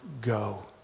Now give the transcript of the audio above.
go